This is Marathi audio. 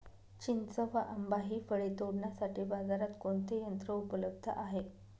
चिंच व आंबा हि फळे तोडण्यासाठी बाजारात कोणते यंत्र उपलब्ध आहे?